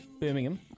Birmingham